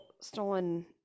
stolen